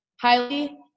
highly